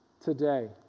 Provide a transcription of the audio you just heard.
today